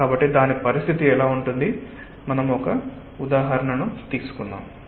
కాబట్టి దాని పరిస్థితి ఎలా ఉంటుంది మనం ఒక ఉదాహరణ తీసుకుందాం